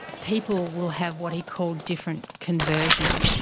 people will have what he called different conversion,